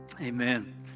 amen